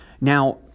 Now